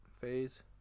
phase